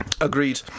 Agreed